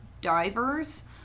divers